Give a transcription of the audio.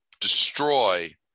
destroy